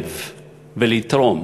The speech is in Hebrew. להשתלב ולתרום.